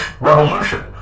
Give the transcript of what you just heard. Revolution